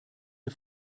der